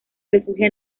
refugia